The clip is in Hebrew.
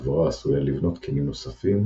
הדבורה עשויה לבנות קנים נוספים,